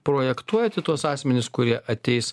projektuojat į tuos asmenis kurie ateis